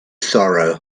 sorrow